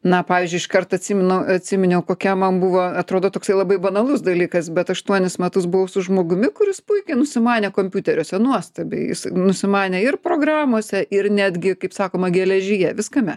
na pavyzdžiui iškart atsimenu atsiminiau kokia man buvo atrodo toksai labai banalus dalykas bet aštuonis metus buvau su žmogumi kuris puikiai nusimanė kompiuteriuose nuostabiai jis nusimanė ir programose ir netgi kaip sakoma geležyje viskame